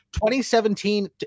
2017